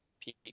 peak